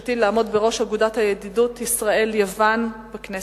לבקשתי לעמוד בראש אגודת הידידות ישראל יוון בכנסת.